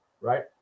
right